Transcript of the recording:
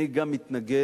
אני גם מתנגד,